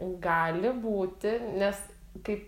gali būti nes kaip